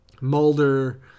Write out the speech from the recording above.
Mulder